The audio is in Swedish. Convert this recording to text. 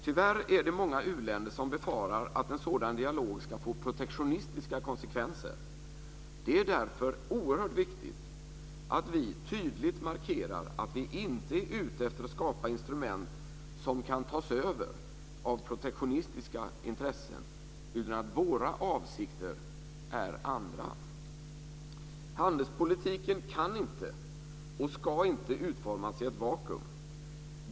Tyvärr är det många u-länder som befarar att en sådan dialog ska få protektionistiska konsekvenser. Det är därför oerhört viktigt att vi tydligt markerar att vi inte är ute efter att skapa instrument som kan tas över av protektionistiska intressen, utan att våra avsikter är andra. Handelspolitiken kan inte och ska inte utformas i ett vakuum.